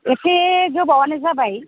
इसे गोबावआनो जाबाय